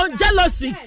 jealousy